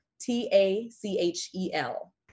T-A-C-H-E-L